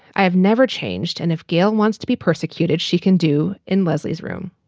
i have never changed. and if gail wants to be persecuted, she can do in leslie's room.